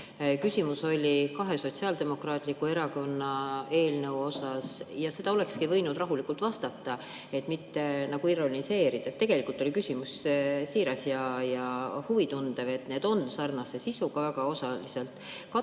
Küsimus oli kahe Sotsiaaldemokraatliku Erakonna eelnõu kohta ja seda olekski võinud rahulikult vastata, mitte ironiseerida. Tegelikult oli küsimus siiras ja huvi tundev. Need on sarnase sisuga, ka osaliselt kattuvad